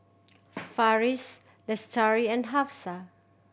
Farish Lestari and Hafsa